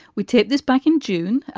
we take this back in june.